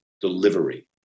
Delivery